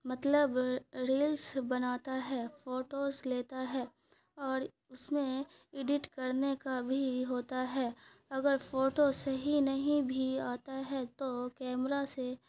مطلب ریلس بناتا ہے فوٹوز لیتا ہے اور اس میں ایڈٹ کرنے کا بھی ہوتا ہے اگر فوٹو صحیح نہیں بھی آتا ہے تو کیمرہ سے